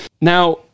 Now